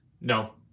No